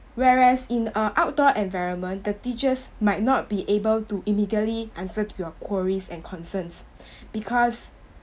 where as in a outdoor environment the teachers might not be able to immediately answer your queries and concerns because